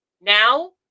now